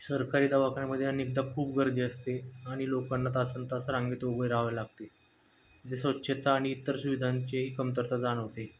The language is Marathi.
सरकारी दवाखान्यामध्ये अनेकदा खूप गर्दी असते आणि लोकांना तासनतास रांगेत उभे राहावे लागते जे स्वच्छता आणि इतर सुविधांचेही कमतरता जाणवते